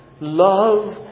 love